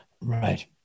Right